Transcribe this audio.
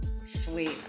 sweet